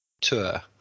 tour